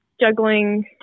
juggling